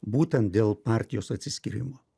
būtent dėl partijos atsiskyrimo